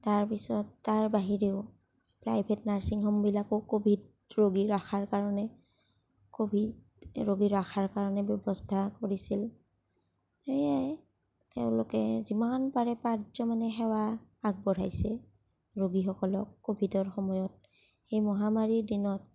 তাৰপিছত তাৰ বাহিৰেও প্ৰাইভেট নাৰ্চিং হোমবিলাকো ক'ভিড ৰোগী ৰাখাৰ কাৰণে ক'ভিড ৰোগী ৰাখাৰ কাৰণে ব্যৱস্থা কৰিছিল সেইয়াই তেওঁলোকে যিমান পাৰে পাৰ্যমানে সেৱা আগবঢ়াইছে ৰোগীসকলক ক'ভিডৰ সময়ত সেই মহামাৰীৰ দিনত